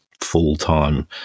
full-time